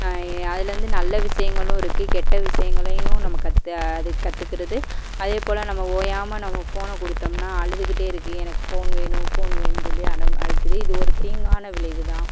அதுலேருந்து நல்ல விஷயங்களும் இருக்குது கெட்ட விஷயங்களையும் நம்ம கற்று அது கற்றுக்கறது அதே போல் நம்ம ஓயாமல் நம்ம ஃபோனை கொடுத்தோம்னா அழுதுகிட்டே இருக்குது எனக்கு ஃபோன் வேணும் ஃபோன் வேணும்னு சொல்லி அடம் அடிக்கிது இது ஒரு தீங்கான விளைவு தான்